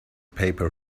paper